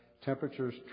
temperatures